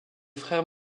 frères